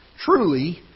truly